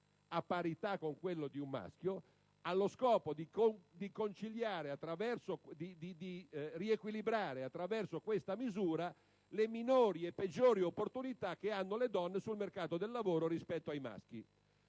a parità con quello di un maschio, allo scopo di riequilibrare, attraverso questa misura, le minori e peggiori opportunità che hanno le donne sul mercato del lavoro rispetto ai maschi.